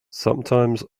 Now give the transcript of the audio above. sometimes